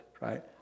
right